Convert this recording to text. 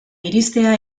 iristea